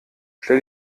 stell